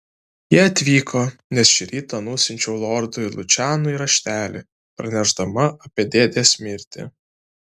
jie atvyko nes šį rytą nusiunčiau lordui lučianui raštelį pranešdama apie dėdės mirtį